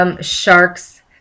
sharks